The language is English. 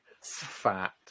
fat